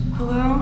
Hello